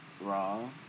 Raw